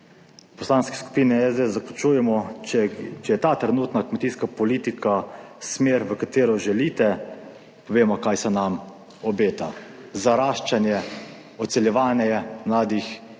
Poslanski skupini SDS zaključujemo, če je ta trenutna kmetijska politika smer v katero želite, vemo kaj se nam obeta, zaraščanje, odseljevanje mladih